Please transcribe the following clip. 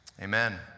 Amen